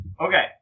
Okay